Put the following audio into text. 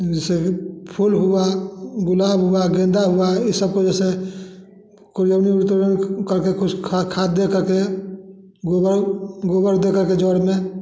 जैसे फूल हुआ गुलाब हुआ गेंदा हुआ ये सबको जैसे करके कुछ खाद देकर के गोबर गोबर देकर के जड़ों में